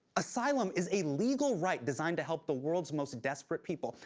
asylum is a legal right designed to help the world's most desperate people.